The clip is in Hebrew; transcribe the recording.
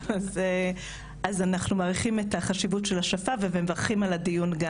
אז אנחנו מעריכים את החשיבות של השפה, וגם אנחנו,